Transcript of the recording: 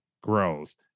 grows